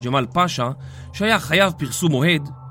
ג'מאל פאשה, שהיה חייב פרסום אוהד